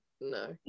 No